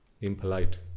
impolite